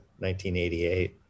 1988